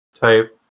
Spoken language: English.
type